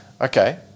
Okay